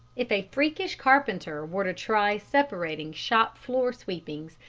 if a freakish carpenter were to try separating shop-floor sweepings,